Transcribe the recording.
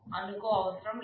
అనుకో అవసరం లేదు